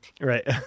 Right